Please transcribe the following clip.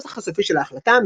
הנוסח הסופי של ההחלטה,